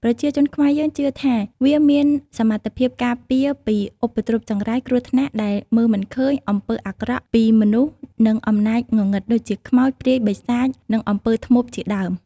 ប្រជាជនខ្មែរយើងជឿថា វាមានសមត្ថភាពការពារពី ឧបទ្រពចង្រៃ គ្រោះថ្នាក់ដែលមើលមិនឃើញ អំពើអាក្រក់ពីមនុស្ស និងអំណាចងងឹត ដូចជាខ្មោច ព្រាយ បិសាច និងអំពើធ្មប់ជាដើម។